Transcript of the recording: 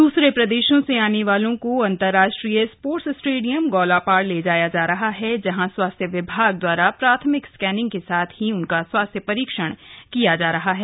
दूसरे प्रदेशों से आने वालों को अंतरराष्ट्रीय स्पोर्ट्स स्टेडियम गौलापार ले जाया जा रहा है जहां स्वास्थ्य विभाग द्वारा प्राथमिक स्कैनिंग के साथ ही उनका स्वास्थ्य परीक्षण किया जा रहा है